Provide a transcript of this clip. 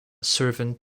servant